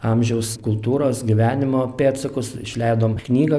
amžiaus kultūros gyvenimo pėdsakus išleidom knygą